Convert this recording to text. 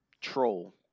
troll